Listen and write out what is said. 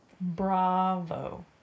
bravo